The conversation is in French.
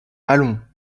allons